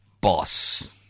boss